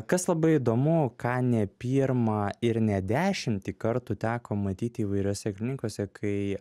kas labai įdomu ką ne pirmą ir ne dešimtį kartų teko matyti įvairiose klinikose kai